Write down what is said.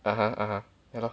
(uh huh) (uh huh) ya lor